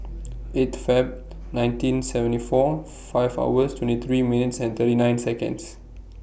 eight Feb nineteen seventy four five hours twenty three minutes and thirty nine Seconds